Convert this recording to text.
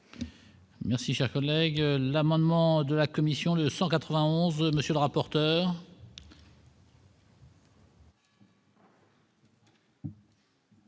Merci, cher collègue, l'amendement de la commission de 191 monsieur le rapporteur.